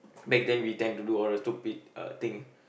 back then we tend to do all the stupid uh thing